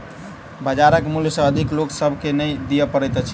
बजारक मूल्य सॅ अधिक लोक सभ के नै दिअ पड़ैत अछि